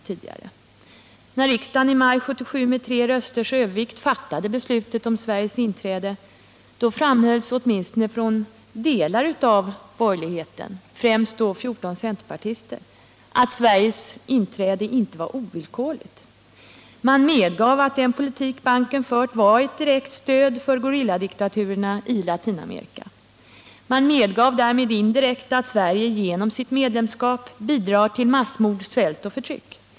När riksdagen i maj 1977 med tre rösters övervikt fattade beslutet om Sveriges inträde framhöll åtminstone delar av borgerligheten — främst 14 centerpartister — att Sveriges inträde inte var ovillkorligt. Man medgav att den politik banken fört var ett direkt stöd för gorilladiktaturerna i Latinamerika. Man medgav därmed indirekt att Sverige genom sitt medlemskap bidrar till massmord, svält och förtryck.